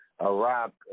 Iraq